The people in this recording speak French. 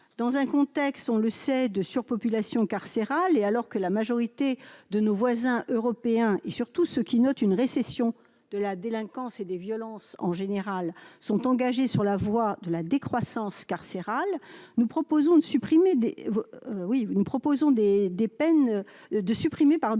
dans un contexte, on le sait, de surpopulation carcérale et alors que la majorité de nos voisins européens et surtout ce qui note une récession de la délinquance et des violences en général sont engagés sur la voie de la décroissance carcéral, nous proposons de supprimer des oui